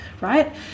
right